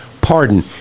pardon